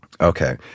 Okay